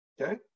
Okay